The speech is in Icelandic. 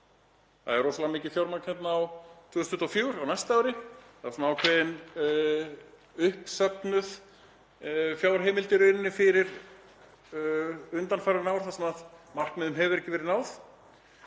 Það er rosalega mikið fjármagn hérna 2024, á næsta ári, það er ákveðin uppsöfnuð fjárheimild í rauninni fyrir undanfarin ár þar sem markmiðum hefur ekki verið náð.